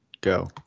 go